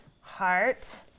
Heart